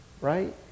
right